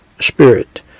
Spirit